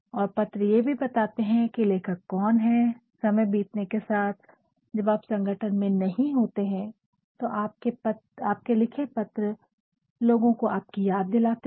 और पत्र ये भी बताते है की लेखक कौन है समय बीतने के साथ जब आप संगठन में नहीं होते तो आपके लिखे पत्र लोगो को आपकी याद दिलाते है